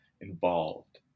involved